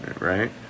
right